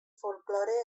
folklore